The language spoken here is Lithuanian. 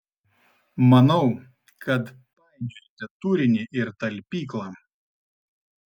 manau kad painiojate turinį ir talpyklą